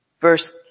verse